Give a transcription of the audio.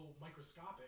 microscopic